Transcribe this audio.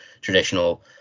traditional